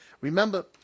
Remember